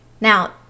Now